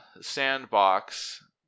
sandbox